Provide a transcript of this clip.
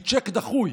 היא צ'ק דחוי,